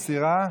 מסירה?